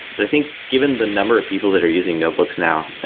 but i think given the number of people that are using notebooks now,